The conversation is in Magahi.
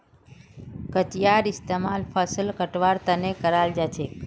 कचियार इस्तेमाल फसल कटवार तने कराल जाछेक